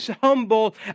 humble